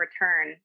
return